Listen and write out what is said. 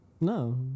No